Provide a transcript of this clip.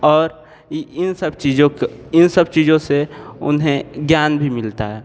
और इन सब चीज़ों इन सब चीज़ो से उन्हें ज्ञान भी मिलता है